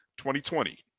2020